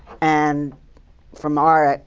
and from our